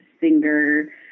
singer